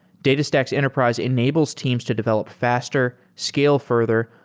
datastax enterprise enables teams to develop faster, scale further,